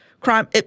crime